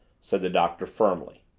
said the doctor firmly.